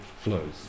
flows